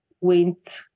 went